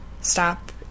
stop